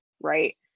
right